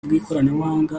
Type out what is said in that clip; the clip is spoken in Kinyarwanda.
bw’ikoranabuhanga